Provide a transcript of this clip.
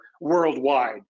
worldwide